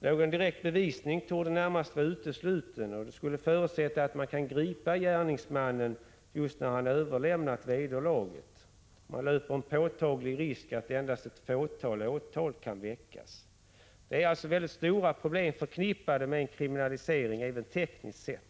Det torde vara närmast uteslutet att kunna åstadkomma någon direkt bevisning — det förutsätter att man kan gripa gärningsmannen just när han överlämnar vederlaget. Man löper en påtaglig risk att endast få åtal kan väckas. Det är alltså mycket stora problem förknippade med en kriminalisering även tekniskt sett.